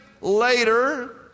later